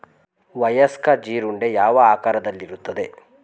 ವಯಸ್ಕ ಜೀರುಂಡೆ ಯಾವ ಆಕಾರದಲ್ಲಿರುತ್ತದೆ?